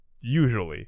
usually